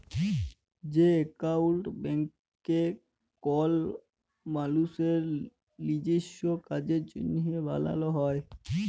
যে একাউল্ট ব্যাংকে কল মালুসের লিজস্য কাজের জ্যনহে বালাল হ্যয়